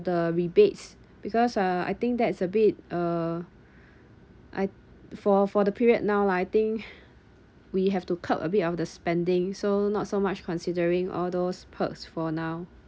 the rebates because uh I think that's a bit uh I for for the period now lah I think we have to cut a bit of the spending so not so much considering all those perks for now